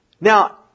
Now